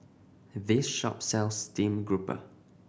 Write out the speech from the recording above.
this shop sells stream grouper